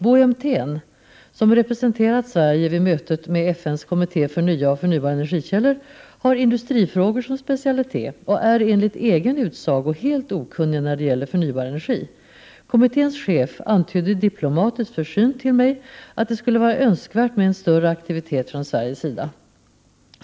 Bo Emthén, som representerat Sverige vid mötet med FN:s kommitté för nya och förnybara energikällor, har industrifrågor som specialitet och är enligt egen utsago helt okunnig när det gäller förnybar energi. Kommitténs chef antydde diplomatiskt försynt till mig att det skulle vara önskvärt med en större aktivitet från Sveriges sida.